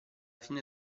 fine